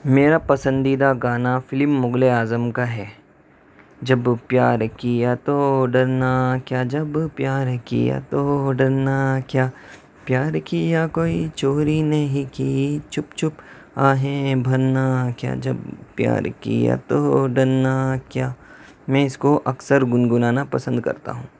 میرا پسندیدہ گانا فلم مغل اعظم کا ہے جب پیار کیا تو ڈرنا کیا جب پیار کیا تو ڈرنا کیا پیار کیا کوئی چوری نہیں کی چھپ چھپ آہیں بھرنا کیا جب پیار کیا تو ڈرنا کیا میں اس کو اکثر گنگنانا پسند کرتا ہوں